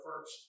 first